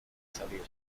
salir